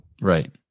Right